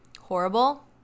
horrible